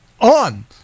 on